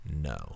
No